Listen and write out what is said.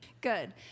good